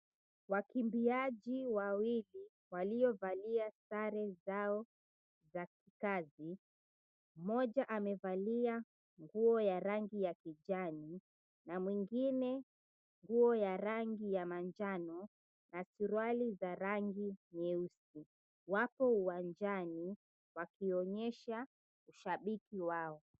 Wakimbiaji wawili waliovalia sare zao za kikazi mmoja amevalia nguo ya rangi ya kijani na mwingine nguo ya rangi ya manjano na suruali za rangi nyeusi wapo uwanjani wakionyesha ushabiki wao.